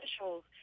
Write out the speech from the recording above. officials